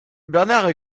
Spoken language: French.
bernard